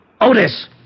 Otis